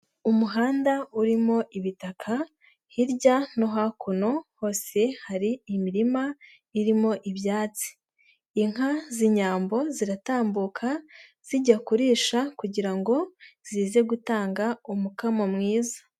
Umuhanda urimo ibitaka hirya no hakuno hose hari imirima irimo ibyatsi, inka z'Inyambo ziratambuka zijya kurisha kugira ngo zize gutanga umukamo mwiza.